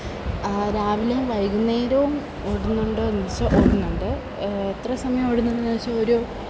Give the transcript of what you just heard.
രാവിലയും വൈകുന്നേരവും ഓടുന്നുണ്ടോ എന്നു ചോദിച്ചാല് ഓടുന്നുണ്ട് എത്ര സമയം ഓടുന്നെന്ന് ചോദിച്ചാൽ ഒരു